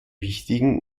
wichtigen